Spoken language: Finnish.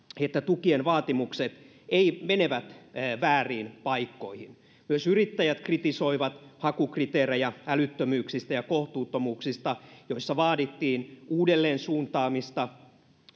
että tukien vaatimukset menevät vääriin paikkoihin myös yrittäjät kritisoivat hakukriteerejä älyttömyyksistä ja kohtuuttomuuksista joissa vaadittiin uudelleensuuntaamista